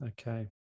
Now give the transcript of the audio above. Okay